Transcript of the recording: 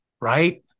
Right